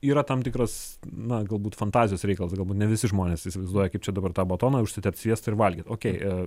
yra tam tikras na galbūt fantazijos reikalas galbūt ne visi žmonės įsivaizduoja kaip čia dabar tą batoną užsitept sviesto ir valgyt okei